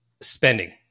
spending